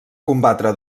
combatre